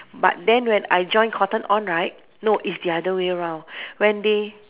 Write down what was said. but then when I join cotton on right no it's the other way round when they